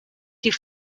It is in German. die